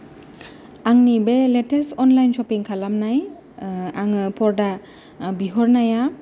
आंनि बे latest online स'फिं खालामनाय आङो फर्दा बिहरनाया